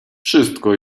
wszystko